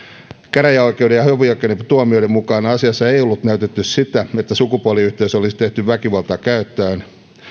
käräjäoikeuden ja hovioikeuden tuomioiden mukaan asiassa ei ollut näytetty sitä että sukupuoliyhteys olisi tehty väkivaltaa käyttäen